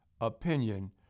opinion